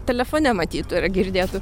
telefone matytų ar girdėtų